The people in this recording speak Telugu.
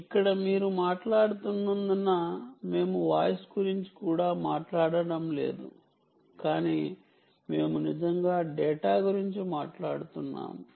మీరు ఇక్కడ మాట్లాడుతున్నందున మేము వాయిస్ గురించి కూడా మాట్లాడటం లేదు కాని మేము నిజంగా డేటా గురించి మాట్లాడుతున్నాము